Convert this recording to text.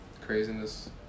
Craziness